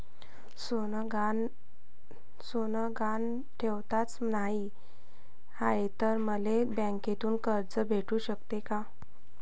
सोनं गहान ठेवाच नाही हाय, त मले बँकेतून कर्ज भेटू शकते का?